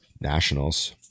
nationals